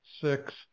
six